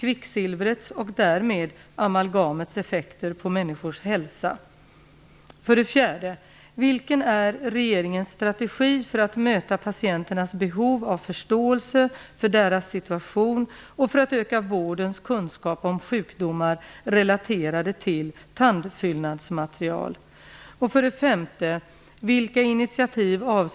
Vilken är regeringens strategi för att möta patienternas behov av förståelse för deras situation och för att öka vårdens kunskap om sjukdomar relaterade till tandfyllnadsmaterial?